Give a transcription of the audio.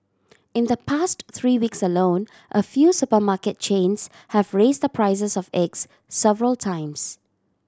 in the past three weeks alone a few supermarket chains have raised the prices of eggs several times